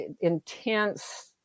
intense